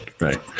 right